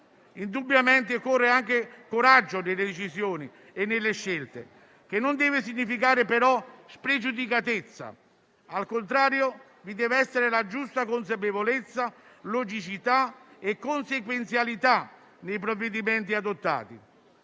Indubbiamente occorre anche coraggio nelle decisioni e nelle scelte, che non deve significare però spregiudicatezza. Al contrario, vi devono essere la giusta consapevolezza, logicità e consequenzialità nei provvedimenti adottati.